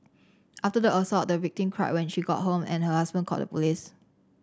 after the assault the victim cried when she got home and her husband called the police